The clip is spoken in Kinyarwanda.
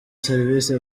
serivisi